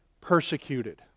persecuted